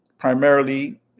primarily